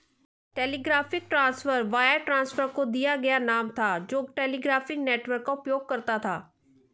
telegraphic transfer wire transfer को दिया गया नाम था जो टेलीग्राफ नेटवर्क का उपयोग करता था